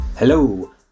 Hello